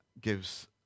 gives